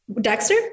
dexter